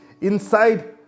inside